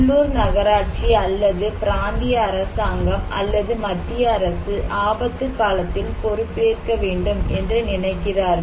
உள்ளூர் நகராட்சி அல்லது பிராந்திய அரசாங்கம் அல்லது மத்திய அரசு ஆபத்துக்காலத்தில் பொறுப்பேற்க வேண்டும் என்று நினைக்கிறார்கள்